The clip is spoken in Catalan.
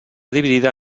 dividida